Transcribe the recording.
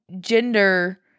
gender